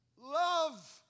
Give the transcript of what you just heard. love